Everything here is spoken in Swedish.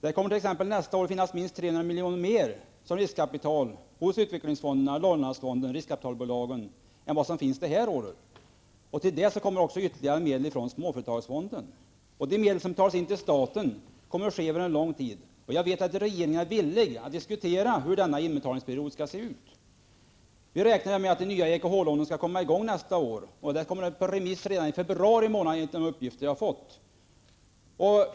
Det kommer t.ex. nästa år att finnas minst 300 miljoner mer som riskkapital hos utvecklingsfonderna, Norrlandsfonden och riskkapitalbolagen än vad som finns i år. Till det kommer ytterligare medel från småföretagsfonden. De medel som skall betalas in till staten kommer att få betalas in under en lång tid. Jag vet att regeringen är villig att diskutera under vilken period dessa inbetalningar skall ske. Vi räknar med att de nya EKH-lånen kommer att införas redan nästa år. Ärendet skickas ut på remiss i februari enligt de uppgifter jag har fått.